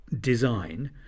design